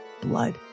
blood